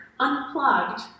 Unplugged